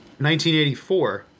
1984